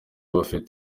bafite